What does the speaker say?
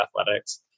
athletics